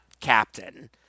captain